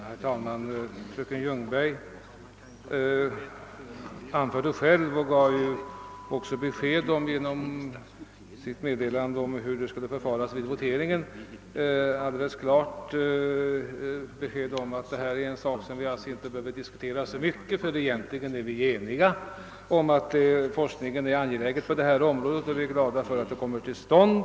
Herr talman! Fröken Ljungberg gav genom sitt meddelande om hur man skall förfara vid voteringen alldeles klart besked om att detta är en sak som inte behöver diskuteras så mycket. Vi är alla eniga om att forskning är angelägen på detta område och glada över att den kommer till stånd.